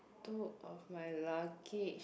two of my luggage